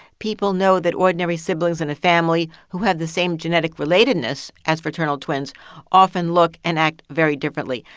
people know that ordinary siblings in a family who had the same genetic relatedness as fraternal twins often look and act very differently.